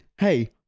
Hey